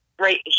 Right